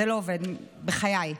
זה לא עובד, בחיי.